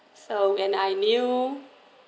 so when I knew